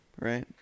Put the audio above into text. right